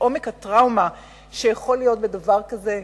עומק הטראומה שיכולה להיות בדבר כזה?